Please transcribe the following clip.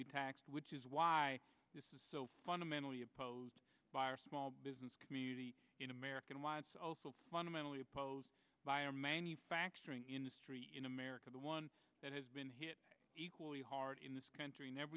be taxed which is why this is so fundamentally opposed by our small business community in america and why it's also fundamentally opposed by our manufacturing industry in america the one that has been hit equally hard in this country and ever